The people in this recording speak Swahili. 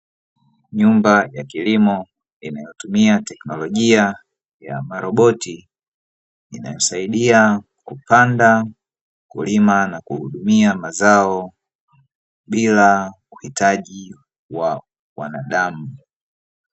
Nyumba ya kilimo inayotumia teknolojia ya maroboti; inayosaidia kupanda, kulima na kuhudumia mazao bila uhitaji wa wanadamu.